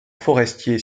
forestiers